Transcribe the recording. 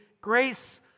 grace